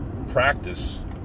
practice